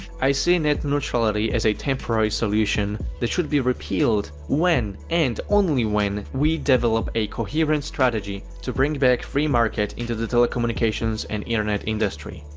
i see net neutrality as a temporary solution that should be repealed when and only when we develop a coherent strategy to bring back free market into the telecommunications and internet industry.